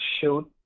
shoot